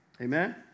amen